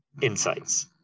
insights